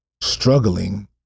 struggling